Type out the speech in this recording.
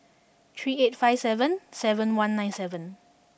three eight five seven seven one nine seven